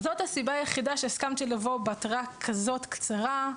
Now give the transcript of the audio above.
זאת הסיבה היחידה שהסכמתי לבוא בהתראה כזאת קצרה.